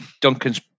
Duncan's